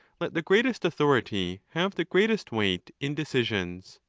let the greatest authority have the greatest weight in decisions.